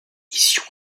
mission